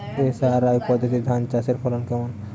SRI পদ্ধতি ধান চাষের ফলন কেমন?